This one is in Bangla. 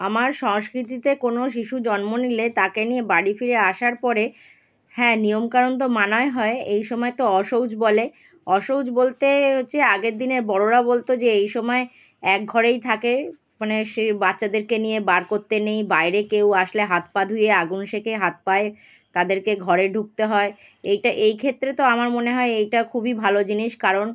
আমার সংস্কৃতিতে কোনো শিশু জন্ম নিলে তাকে নিয়ে বাড়ি ফিরে আসার পরে হ্যাঁ নিয়মকানুন তো মানাই হয় এই সময় তো অশৌচ বলে অশৌচ বলতে হচ্ছে আগের দিনের বড়রা বলত যে এই সময়ে এক ঘরেই থাকে মানে সে বাচ্চাদেরকে নিয়ে বার করতে নেই বাইরে কেউ আসলে হাত পা ধুয়ে আগুন সেঁকে হাত পায়ে তাদেরকে ঘরে ঢুকতে হয় এইটা এই ক্ষেত্রে তো আমার মনে হয় এইটা খুবই ভালো জিনিস কারণ